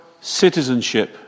citizenship